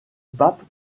pape